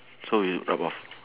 so you rub off